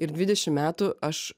ir dvidešimt metų aš